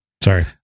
Sorry